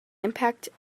impact